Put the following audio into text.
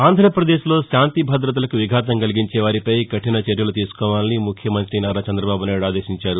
ఆంధ్రాపదేశ్లో శాంతిభదతలకు విఘాతం కలిగించేవారిపై కఠిన చర్యలు తీసుకోవాలని ముఖ్యమంత్రి నారా చంద్రబాబునాయుడు ఆదేశించారు